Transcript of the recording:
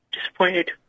disappointed